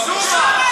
חשומה.